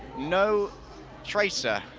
no tracer.